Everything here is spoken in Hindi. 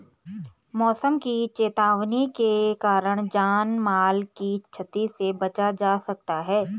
मौसम की चेतावनी के कारण जान माल की छती से बचा जा सकता है